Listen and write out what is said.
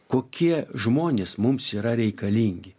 kokie žmonės mums yra reikalingi